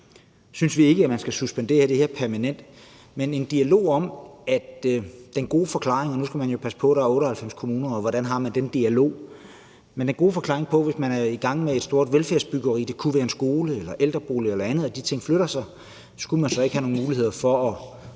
synes vi ikke, man skal suspendere det her permanent. Nu skal man jo passe på, for der er 98 kommuner, og hvordan har man den dialog? Hvis en kommune er i gang med et stort velfærdsbyggeri – det kunne være en skole, ældreboliger eller noget andet – og de ting flytter sig, skulle man så ikke have nogle muligheder for at